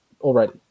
already